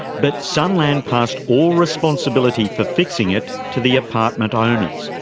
but sunland passed all responsibility for fixing it to the apartment owners,